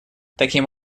таким